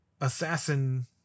Assassin